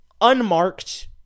unmarked